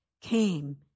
came